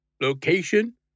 Location